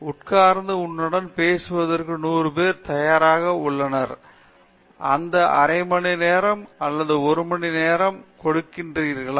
உட்கார்ந்து உன்னுடன் பேசுவதற்கு நூறு பேர் தயாராக உள்ளனர் அந்த அரை மணிநேரமோ அல்லது ஒரு மணி நேரமோ கொடுக்கிறீர்களா